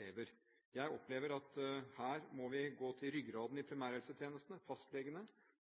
lever. Jeg opplever at her må vi gå til ryggraden i